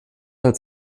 als